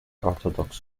orthodox